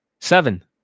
Seven